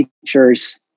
features